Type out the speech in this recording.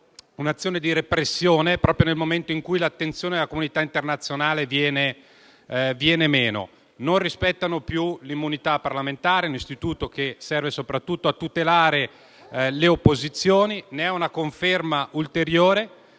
deputati dell'opposizione, proprio nel momento in cui l'attenzione della comunità internazionale viene meno. Non si rispetta più l'immunità parlamentare, un istituto che serve soprattutto a tutelare le opposizioni: è una conferma ulteriore